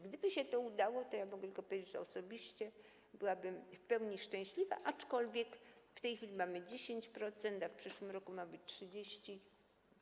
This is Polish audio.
Gdyby się to udało, to ja -mogę tylko powiedzieć - osobiście byłabym w pełni szczęśliwa, aczkolwiek w tej chwili mamy 10%, a w przyszłym roku ma być 30%.